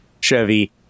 Chevy